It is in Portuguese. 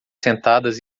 sentadas